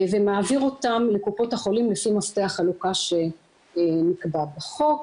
ומעביר אותם לקופות החולים לפי מפתח חלוקה שנקבע בחוק,